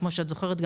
כמו שאת זוכרת,